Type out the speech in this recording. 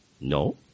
No